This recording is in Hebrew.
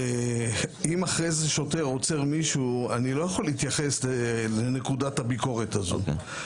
אם אחרי זה שוטר עוצר מישהו אני לא יכול להתייחס לנקודת הביקורת הזאת.